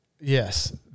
Yes